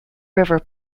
river